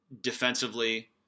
defensively